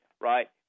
right